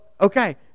okay